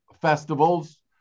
festivals